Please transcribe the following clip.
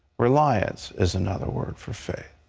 reliance is another word for faith.